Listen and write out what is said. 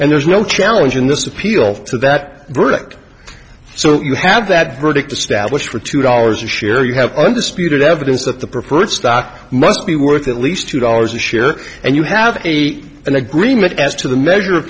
and there's no challenge in this appeal to that verdict so you have that verdict established for two dollars a share you have understood evidence that the preferred stock must be worth at least two dollars a share and you have eight an agreement as to the measure of